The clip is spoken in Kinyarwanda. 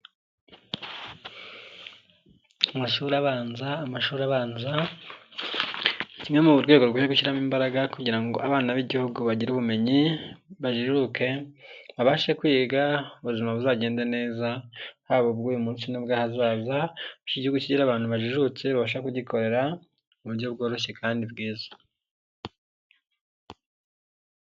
Amashuri abanza, amashuri abanza ni kimwe mu rwego rukwiye gushyirwamo imbaraga kugira ngo abana b'igihugu bagire ubumenyi, bajijuke, babashe kwiga ubuzima buzagende neza haba ubw'uyu munsi n'ubw'ahazaza, iki gihugu kigire abantu bajijutse babasha kugikorera mu buryo bworoshye kandi bwiza.